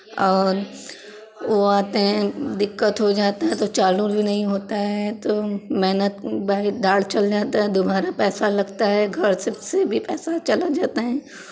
और वो आते हैं दिक्कत हो जाता है तो चालू भी नहीं होता है तो मेहनत भारी दाढ़ चल जाता है दुबारा पैसा लगता है घर से भी पैसा चला जाता है